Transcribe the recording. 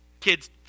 Kids